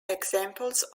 examples